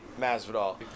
Masvidal